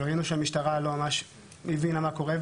וראינו שהמשטרה לא ממש הבינה מה קורה,